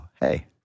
hey